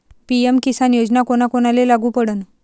PM Kisan योजना कोना कोनाले लागू पडन?